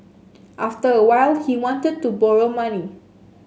after a while he wanted to borrow money